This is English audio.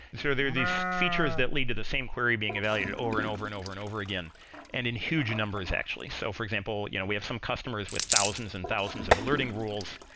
so there are these features that lead to the same query being evaluated over and over and over and over again and in huge numbers actually. so for example, you know we have some customers with thousands and thousands of alerting rules.